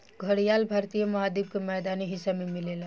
घड़ियाल भारतीय महाद्वीप के मैदानी हिस्सा में मिलेला